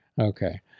Okay